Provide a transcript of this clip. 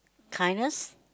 kindness